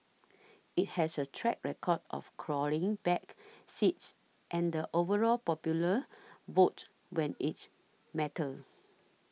it has a track record of clawing back seats and the overall popular vote when its mattered